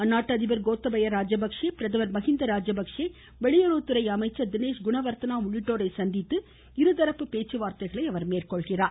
அந்நாட்டு அதிபர் கோத்தபய ராஜபக்ஷே பிரதமர் மகிந்தா ராஜபக்ஷே வெளியுறவுத்துறை அமைச்சர் தினேஷ் குணவர்த்தனா உள்ளிட்டோரை சந்தித்து இருதரப்பு பேச்சுவார்த்தைகளை மேற்கொள்கிறார்